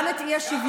גם את האי-שוויון,